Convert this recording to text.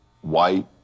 white